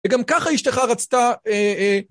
וגם ככה אשתך רצתה